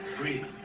breathe